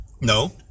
No